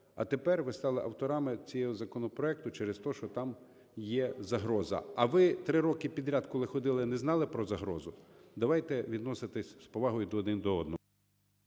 а тепер ви стали авторами цього законопроекту через те, що там є загроза. А ви 3 роки підряд коли ходили, не знали про загрозу? Давайте відноситися з повагою один до одного.